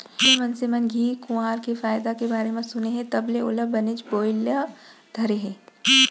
जबले मनसे मन घींव कुंवार के फायदा के बारे म सुने हें तब ले ओला बनेच बोए ल धरे हें